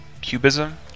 cubism